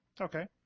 Okay